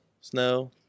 snow